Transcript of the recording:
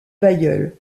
bailleul